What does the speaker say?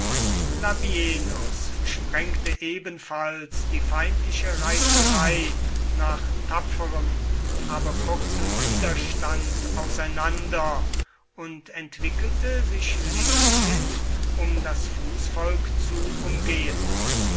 labienus sprengte ebenfalls die feindliche reiterei nach tapferem aber kurzem widerstand auseinander und entwickelte sich linkshin um das fußvolk zu umgehen